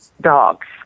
dogs